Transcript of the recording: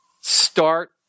start